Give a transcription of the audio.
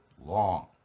long